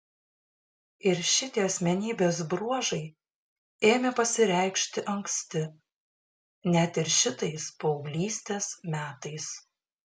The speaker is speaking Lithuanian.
ir šitie asmenybės bruožai ėmė pasireikšti anksti net ir šitais paauglystės metais